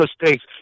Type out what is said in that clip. mistakes